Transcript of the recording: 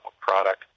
product